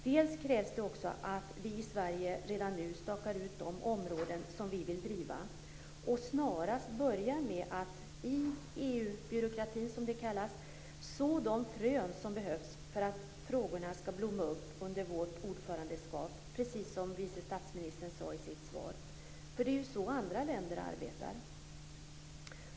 Dels krävs det också att vi i Sverige redan nu stakar ut de områden som vi vill driva och snarast börjar med att i EU-byråkratin så de frön som behövs för att frågorna skall blomma upp under vårt ordförandeskap, precis som vice statsministern sade i sitt svar. Det är så andra länder arbetar.